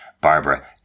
Barbara